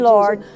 Lord